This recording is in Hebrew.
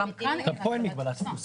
גם כאן אין הגבלת תפוסה.